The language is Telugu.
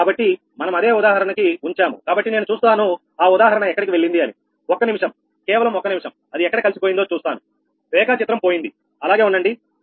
కాబట్టి మనం అదే ఉదాహరణకి ఉంచాము కాబట్టి నేను చూస్తాను ఆ ఉదాహరణ ఎక్కడికి వెళ్ళింది అనిఒక్క నిమిషం కేవలం ఒక్క నిమిషం అది ఎక్కడ కలిసి పోయిందో చూస్తాను రేఖాచిత్రం పోయింది అలాగే ఉండండి